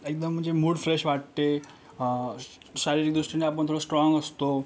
एकदम म्हणजे mood fresh वाटते श् शारीरिक दृष्टीने आपण थोडं स्ट्राँग असतो